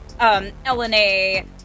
LNA